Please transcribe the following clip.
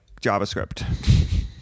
JavaScript